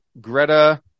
Greta